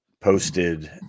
posted